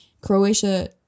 Croatia